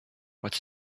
what